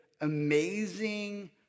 amazing